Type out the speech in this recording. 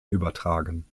übertragen